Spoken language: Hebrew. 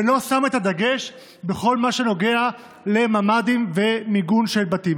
ולא שמה את הדגש על כל מה שנוגע לממ"דים ועל מיגון של בתים.